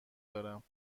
دارم